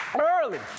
early